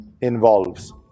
involves